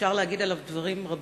אפשר להגיד על רם דברים רבים,